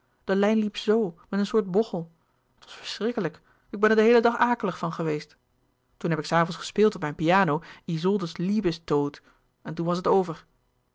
de lijn liep zo met een soort bochel het was verschrikkelijk ik ben er den heelen dag akelig van geweest toen heb ik s avonds gespeeld op mijn piano isolde's liebestod en toen was het over